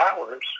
hours